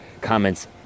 comments